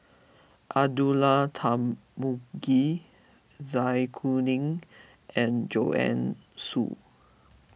Abdullah Tarmugi Zai Kuning and Joanne Soo